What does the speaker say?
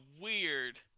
weird